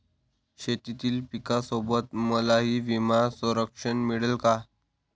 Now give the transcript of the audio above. शेतीतील पिकासोबत मलाही विमा संरक्षण मिळेल का?